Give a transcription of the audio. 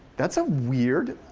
that's a weird,